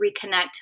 reconnect